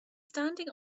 standing